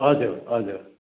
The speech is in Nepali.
हजुर हजुर